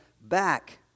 back